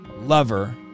lover